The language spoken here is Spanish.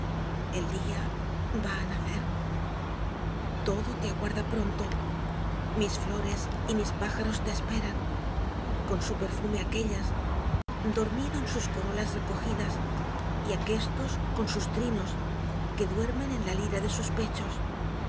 el día va á nacer todo te aguarda pronto mis flores y mis pájaros te esperan con su perfume aquellas dormido en sus corolas recojidas y aquestos con sus trinos que duermen en la lira de sus pechos